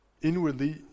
inwardly